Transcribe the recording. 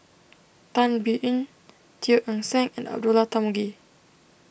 Tan Biyun Teo Eng Seng and Abdullah Tarmugi